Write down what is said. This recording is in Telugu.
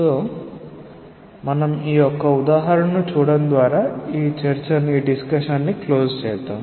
సొ మనం ఈ ఒక్క ఉదాహరణను చూడటం ద్వారా ఈ చర్చను ముగిద్దాం